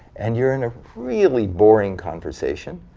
and you're in a really boring conversation.